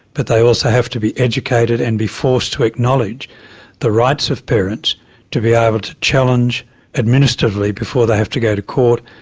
but they also have to be educated and be forced to acknowledge the rights of parents to be ah able to challenge administratively before they have to go to court,